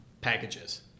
packages